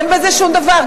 אין בזה שום דבר.